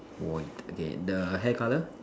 white okay the hair colour